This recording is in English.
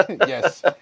yes